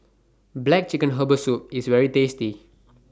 Black Chicken Herbal Soup IS very tasty